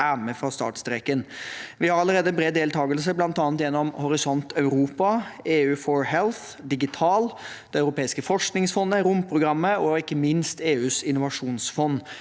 er med fra startstreken. Vi har allerede bred deltakelse, bl.a. gjennom Horisont Europa, EU4Health, Digital, det europeiske forskningsfondet, romprogrammet og ikke minst EUs innovasjonsfond.